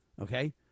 okay